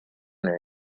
meuse